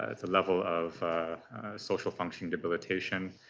ah level of social function debilitation.